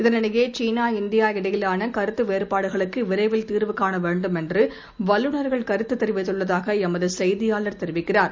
இதனிடையேசீனா India இடையிலானகருத்துவேறுபாடுகளுக்குவிரைவில் தீர்வு காணவேண்டும் என்றுவல்லுநர்கள் கருத்துதெரிவித்துள்ளதாகளமதுசெய்தியாளர் தெரிவிக்கிறார்